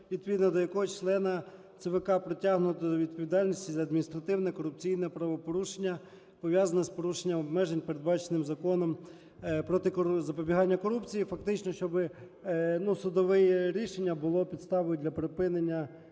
відповідно до якого члена ЦВК притягнуто до відповідальності за адміністративне корупційне правопорушення, пов’язане з порушенням обмежень, передбачених Законом "Про запобігання корупції". Фактично, щоб, ну, судове рішення було підставою для припинення